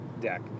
deck